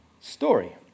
story